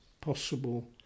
possible